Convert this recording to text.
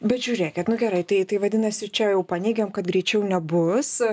bet žiūrėkit nu gerai tai tai vadinasi čia jau paneigiam kad greičiau nebus